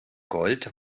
gold